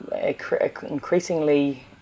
increasingly